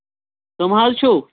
کَم حظ چھُو